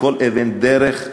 בכל אבן דרך,